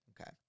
Okay